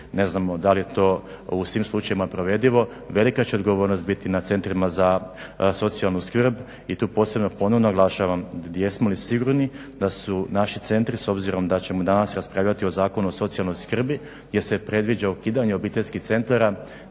ne znamo da li je to u svim slučajevima provedivo, velika će odgovornost biti na centrima za socijalnu skrb. I tu posebno ponovno naglašavam jesmo li sigurni da su naši centri s obzirom da ćemo danas raspravljati i o Zakonu o socijalnoj skrbi gdje se predviđa ukidanje obiteljskih centara,